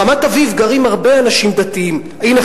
הנה,